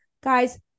Guys